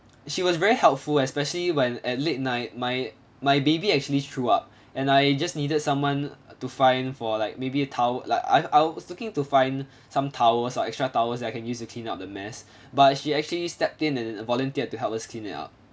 she was very helpful especially when at late night my my baby actually threw up and I just needed someone to find for like maybe a towel like I I was looking to find some towels or extra towels that I can use to clean up the mess but she actually stepped in and volunteered to help us clean it up